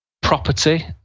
property